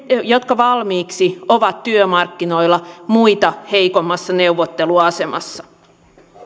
jotka valmiiksi ovat työmarkkinoilla muita heikommassa neuvotteluasemassa